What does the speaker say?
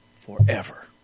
forever